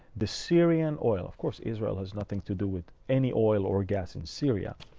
the syrian oil. of course, israel has nothing to do with any oil or gas in syria.